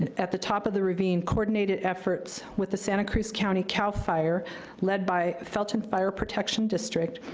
and at the top of the ravine, coordinated efforts with the santa cruz county cal fire led by felton fire protection district,